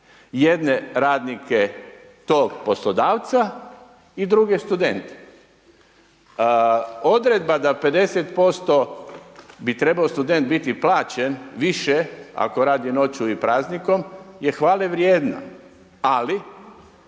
Jedne radnike tog poslodavca i druge studente. Odredba da 50% bi trebao student biti plaćen više ako radi noću i praznikom je hvalevrijedna ali